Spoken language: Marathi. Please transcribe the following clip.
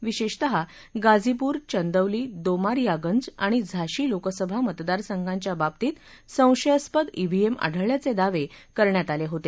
विशेषतः गाझीपूर चांदौली दोमारीयागंज आणि झाशी लोकसभा मतदारसंघांच्या बाबतीत संशयास्पद ईव्हिएम आढळल्याचे दावे करण्यात आले होते